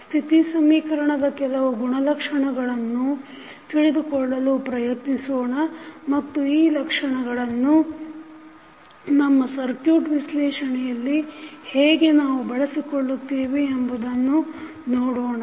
ಸ್ಥಿತಿ ಸಮೀಕರಣದ ಕೆಲವು ಗುಣಲಕ್ಷಣಗಳನ್ನು ತಿಳಿದುಕೊಳ್ಳಲು ಪ್ರಯತ್ನಿಸೋಣ ಮತ್ತು ಈ ಗುಣಲಕ್ಷಣಗಳನ್ನು ನಮ್ಮ ಸರ್ಕ್ಯೂಟ್ ವಿಶ್ಲೇಷಣೆಯಲ್ಲಿ ಹೇಗೆ ನಾವು ಬಳಸಿಕೊಳ್ಳುತ್ತೇವೆ ಎಂಬುದನ್ನು ನೋಡೋಣ